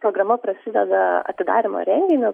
programa prasideda atidarymo renginiu